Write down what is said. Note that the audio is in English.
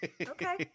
Okay